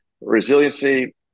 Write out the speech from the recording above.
resiliency